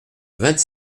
vingt